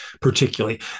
particularly